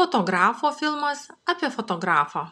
fotografo filmas apie fotografą